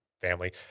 family